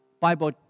Bible